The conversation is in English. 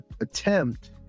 attempt